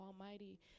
almighty